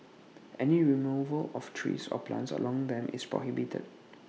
any removal of trees or plants along them is prohibited